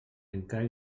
encara